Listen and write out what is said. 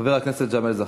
חבר הכנסת ג'מאל זחאלקה.